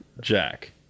jack